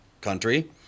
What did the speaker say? country